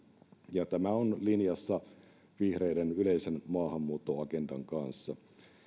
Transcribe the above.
ja tämä on linjassa vihreiden yleisen maahanmuuttoagendan kanssa